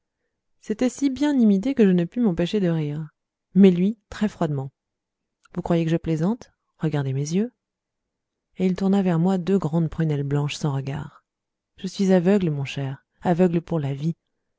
c'était si bien imité que je ne pus m'empêcher de rire mais lui très froidement vous croyez que je plaisante regardez mes yeux et il tourna vers moi deux grandes prunelles blanches sans regard je suis aveugle mon cher aveugle pour la vie